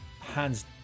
hands